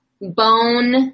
bone